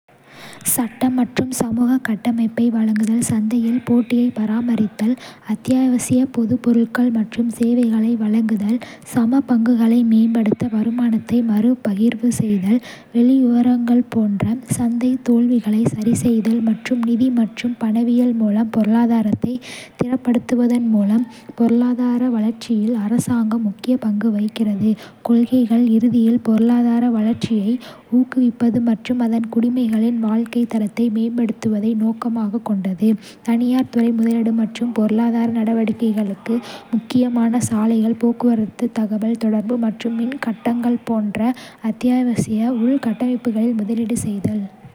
சட்ட மற்றும் சமூக கட்டமைப்பை வழங்குதல், சந்தையில் போட்டியை பராமரித்தல், அத்தியாவசிய பொது பொருட்கள் மற்றும் சேவைகளை வழங்குதல், சமபங்குகளை மேம்படுத்த வருமானத்தை மறுபகிர்வு செய்தல், வெளிவிவகாரங்கள் போன்ற சந்தை தோல்விகளை சரிசெய்தல் மற்றும் நிதி மற்றும் பணவியல் மூலம் பொருளாதாரத்தை திரப்படுத்துவதன் மூலம் பொருளாதார வளர்ச்சியில் அரசாங்கம் முக்கிய பங்கு வகிக்கிறது. கொள்கைகள், இறுதியில் பொருளாதார வளர்ச்சியை ஊக்குவிப்பது மற்றும் அதன் குடிமக்களின் வாழ்க்கைத் தரத்தை மேம்படுத்துவதை நோக்கமாகக் கொண்டது. தனியார் துறை முதலீடு மற்றும் பொருளாதார நடவடிக்கைகளுக்கு முக்கியமான சாலைகள், போக்குவரத்து, தகவல் தொடர்பு மற்றும் மின் கட்டங்கள் போன்ற அத்தியாவசிய உள்கட்டமைப்புகளில் முதலீடு செய்தல்.